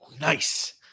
nice